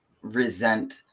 resent